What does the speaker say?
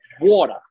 water